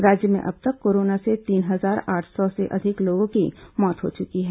राज्य में अब तक कोरोना से तीन हजार आठ सौ से अधिक लोगों की मौत हो चुकी है